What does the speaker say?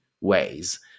ways